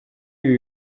ibi